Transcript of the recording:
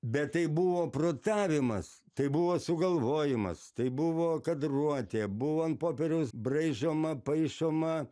bet tai buvo protavimas tai buvo sugalvojimas tai buvo kadruotė buvo ant popieriaus braižoma paišoma